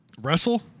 Wrestle